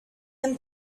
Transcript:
him